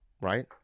right